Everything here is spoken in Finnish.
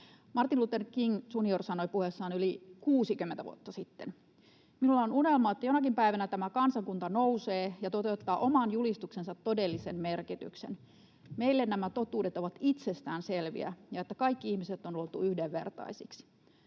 Martin Luther King junior sanoi puheessaan yli 60 vuotta sitten: ”Minulla on unelma, että jonakin päivänä tämä kansakunta nousee ja toteuttaa oman julistuksensa todellisen merkityksen. Meille nämä totuudet ovat itsestäänselviä, että kaikki ihmiset on luotu yhdenvertaisiksi.”